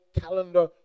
calendar